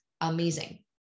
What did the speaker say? amazing